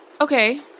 Okay